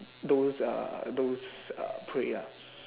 those uh those uh prey ah